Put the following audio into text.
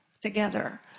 together